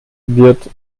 wird